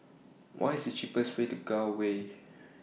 What IS The cheapest Way to Gul Way